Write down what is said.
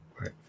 Right